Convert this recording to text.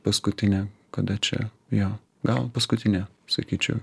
paskutinė kada čia jo gal paskutinė sakyčiau